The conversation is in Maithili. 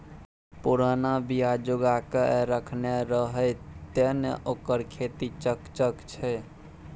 पुरना बीया जोगाकए रखने रहय तें न ओकर खेती चकचक छै